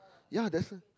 yea Dessen